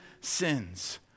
sins